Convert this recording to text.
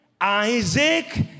Isaac